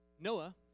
Noah